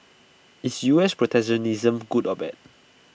is U S protectionism good or bad